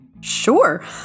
sure